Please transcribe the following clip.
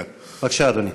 בבקשה, אדוני.